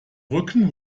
brücken